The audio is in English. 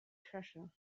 treasure